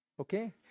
Okay